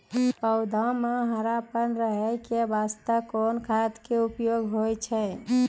पौधा म हरापन रहै के बास्ते कोन खाद के उपयोग होय छै?